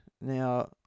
Now